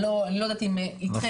אני לא יודעת עם אתכם בהכרח.